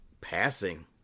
passing